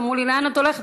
אמרו לי: לאן את הולכת?